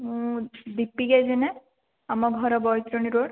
ମୁଁ ଦୀପିକା ଜେନା ଆମ ଘର ବୈତରଣୀ ରୋଡ଼୍